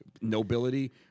nobility